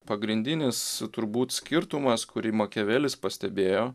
pagrindinis turbūt skirtumas kurį makiavelis pastebėjo